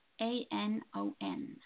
A-N-O-N